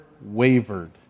wavered